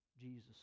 jesus